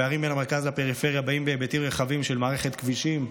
הפערים בין המרכז לפריפריה באים בהיבטים רחבים של מערכת כבישים,